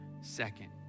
second